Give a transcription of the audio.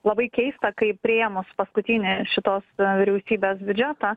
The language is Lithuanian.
labai keista kai priėmus paskutinį šitos vyriausybės biudžetą